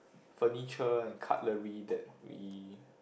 furniture and cutlery that we